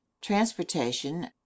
transportation